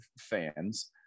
fans